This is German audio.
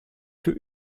für